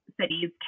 cities